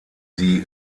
die